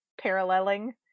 paralleling